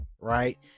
right